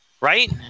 Right